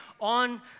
on